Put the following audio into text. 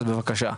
אז בבקשה.